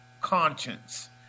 conscience